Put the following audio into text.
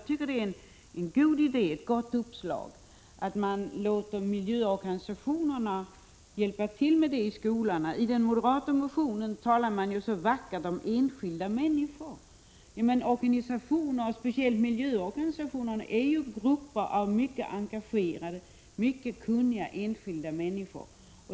Det är en god idé, ett gott uppslag att man låter miljöorganisationerna hjälpa till med information i skolorna. I den moderata motionen talar man så vackert om enskilda människor. Men organisationerna, speciellt miljöorganisationerna, är grupper av mycket engagerade och kunniga enskilda människor.